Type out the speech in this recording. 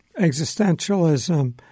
existentialism